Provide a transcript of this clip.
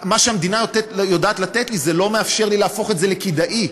מה שהמדינה יודעת לתת לי לא מאפשר לי להפוך את זה לכדאי,